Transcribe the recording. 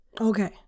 okay